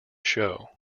show